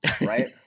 right